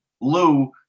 lou